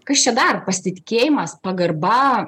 kas čia dar pasitikėjimas pagarba